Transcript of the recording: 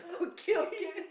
okay okay